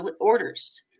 orders